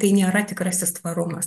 tai nėra tikrasis tvarumas